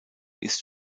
ist